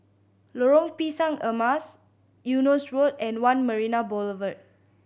Lorong Pisang Emas Eunos Road and One Marina Boulevard